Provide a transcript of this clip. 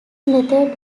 method